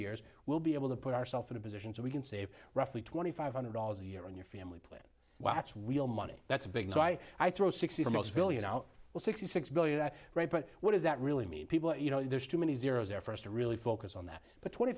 years we'll be able to put ourself in a position so we can save roughly twenty five hundred dollars a year on your family plan while that's real money that's a big so i i throw sixty almost billion out well sixty six billion that right but what does that really mean people you know there's too many zeros there for us to really focus on that but twenty